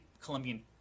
Colombian